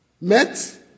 met